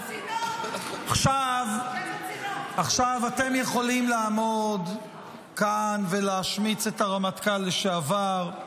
--- עכשיו אתם יכולים לעמוד כאן ולהשמיץ את הרמטכ"ל לשעבר.